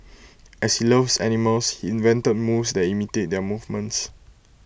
as he loves animals he invented moves that imitate their movements